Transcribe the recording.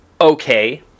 okay